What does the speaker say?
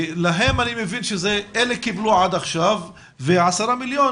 להם אני מבין שאלה קיבלו עד עכשיו ו-10 מיליון